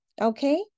Okay